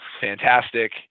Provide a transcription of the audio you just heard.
fantastic